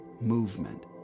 Movement